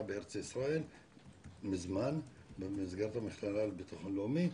בארץ ישראל מזמן במסגרת המחקר על הביטוח הלאומי.